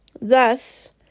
Thus